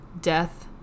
death